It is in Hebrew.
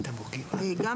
גם